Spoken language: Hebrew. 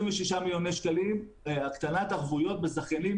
26 מיליוני שקלים הקטנת ערבויות בזכיינים